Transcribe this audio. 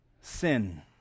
sin